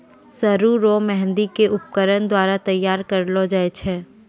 सरु रो मेंहदी के उपकरण द्वारा तैयार करलो जाय छै